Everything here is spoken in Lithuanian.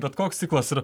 bet koks ciklas ir